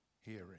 hearing